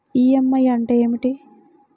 EMI అంటే ఏమిటి?